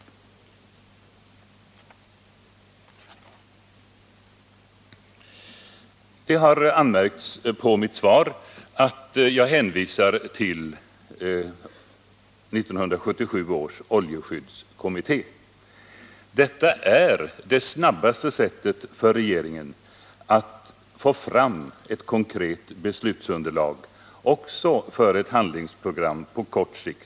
Det har anmärkts på mitt svar att jag hänvisar till 1977 års oljeskyddskommitté. Detta är det snabbaste sättet för regeringen att få fram ett konkret beslutsunderlag också för ett handlingsprogram på kort sikt.